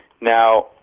Now